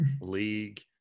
league